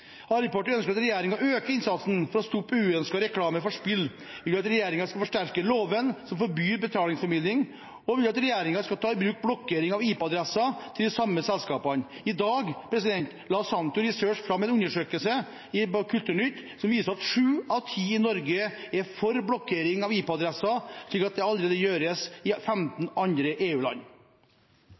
Arbeiderpartiet ønsker at regjeringen øker innsatsen for å stoppe uønsket reklame for spill. Vi vil at regjeringen skal forsterke loven som forbyr betalingsformidling, og vil at regjeringen skal ta i bruk blokkering av IP-adresser til de samme selskapene. I dag la Sentio Research fram en undersøkelse i Kulturnytt som viser at 7 av 10 i Norge er for blokkering av IP-adresser slik det allerede gjøres i 15